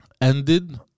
Ended